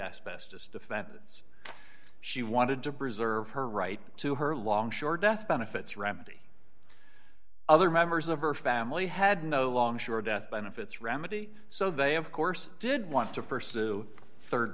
asbestos defense she wanted to preserve her right to her long shore death benefits remedy other members of her family had no longer sure death benefits remedy so they of course did want to pursue